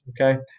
okay